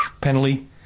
penalty